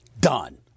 Done